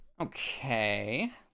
Okay